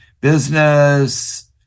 Business